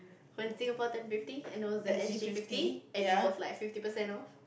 when Singapore turn fifty and it was the S_G fifty and it was like fifty percent off